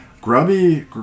Grubby